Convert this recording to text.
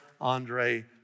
Andre